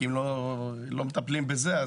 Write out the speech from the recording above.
כי אם לא מטפלים בזה,